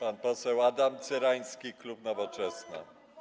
Pan poseł Adam Cyrański, klub Nowoczesna.